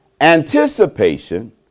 Anticipation